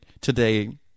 today